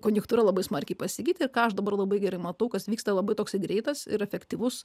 konjunktūra labai smarkiai pasikeitė ką aš dabar labai gerai matau kas vyksta labai toks greitas ir efektyvus